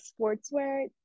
sportswear